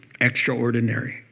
extraordinary